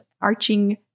arching